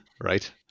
right